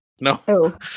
No